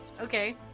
Okay